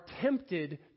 tempted